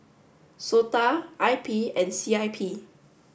SOTA I P and C I P